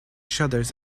shutters